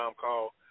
call